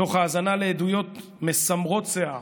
תוך האזנה לעדויות מסמרות שיער,